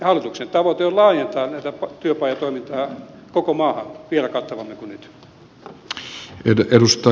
hallituksen tavoite on laajentaa työpajatoimintaa koko maahan vielä kattavammin kuin nyt